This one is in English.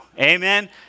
Amen